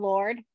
Lord